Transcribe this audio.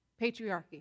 Patriarchy